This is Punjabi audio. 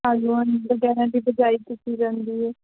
ਆਲੂਆਂ ਵਗੈਰਾ ਦੀ ਬਿਜਾਈ ਕੀਤੀ ਜਾਂਦੀ ਹੈ